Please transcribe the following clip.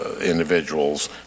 individuals